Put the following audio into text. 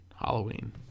Halloween